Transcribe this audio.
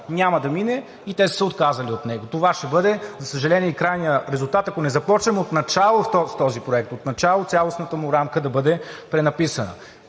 няма да мине и те са се отказали от него. Това ще бъде, за съжаление, и крайният резултат, ако не започнем отначало с този проект, отначало цялостната му рамка да бъде пренаписана.